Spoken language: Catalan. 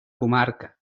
comarca